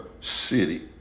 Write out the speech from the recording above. city